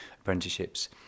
apprenticeships